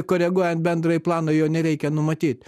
koreguojant bendrąjį planą jo nereikia numatyt